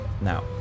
Now